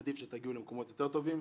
עדיף שתגיעו למקומות יותר טובים.